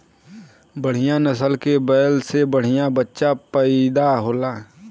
बढ़िया नसल के बैल से बढ़िया बच्चा पइदा होला